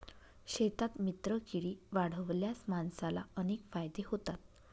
शेतात मित्रकीडी वाढवल्यास माणसाला अनेक फायदे होतात